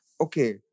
okay